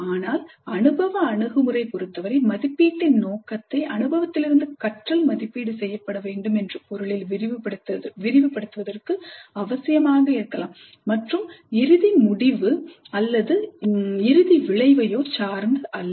ஆனால் அனுபவ அணுகுமுறையைப் பொறுத்தவரை மதிப்பீட்டின் நோக்கத்தை அனுபவத்திலிருந்து கற்றல் மதிப்பீடு செய்யப்பட வேண்டும் என்ற பொருளில் விரிவுபடுத்துவதற்கு அவசியமாக இருக்கலாம் மற்றும் இறுதி முடிவு மற்றும் இறுதி விளைவை சார்ந்தது அல்ல